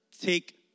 Take